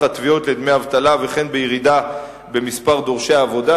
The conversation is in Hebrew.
התביעות לדמי אבטלה וכן בירידה במספר דורשי העבודה.